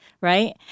right